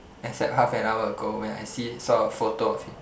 except half an hour ago when I see it saw a photo of it